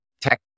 tech